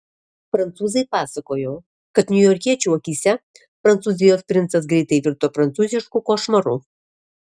prancūzai pasakojo kad niujorkiečių akyse prancūzijos princas greitai virto prancūzišku košmaru